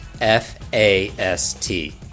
F-A-S-T